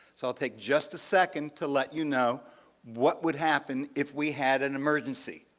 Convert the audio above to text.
so i'll take just a second to let you know what would happen if we had an emergency.